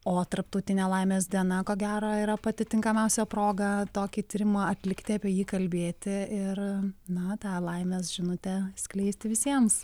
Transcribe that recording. o tarptautinė laimės diena ko gero yra pati tinkamiausia proga tokį tyrimą atlikti apie jį kalbėti ir na tą laimės žinutę skleisti visiems